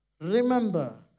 remember